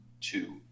two